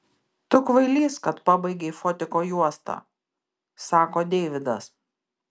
tu kvailys kad pabaigei fotiko juostą sako deividas